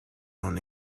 non